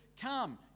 come